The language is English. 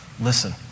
listen